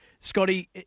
Scotty